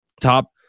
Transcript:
top